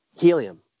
helium